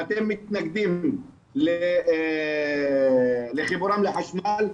ואתם מתנגדים לחיבורם לחשמל,